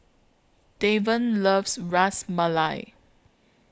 Davon loves Ras Malai